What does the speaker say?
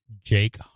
Jake